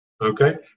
okay